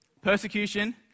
Persecution